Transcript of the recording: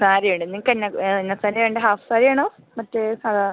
സാരിയാണ് നിങ്ങൾക്ക് എന്നാ എന്നാ സാരിയാണ് വേണ്ടത് ഹാഫ് സാരിയാണോ മറ്റേ സാധാ